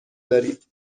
دارید